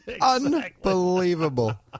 Unbelievable